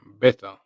better